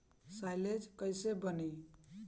Silage कईसे बनी?